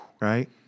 right